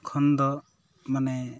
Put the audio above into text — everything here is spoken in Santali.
ᱠᱷᱚᱱ ᱫᱚ ᱢᱟᱱᱮ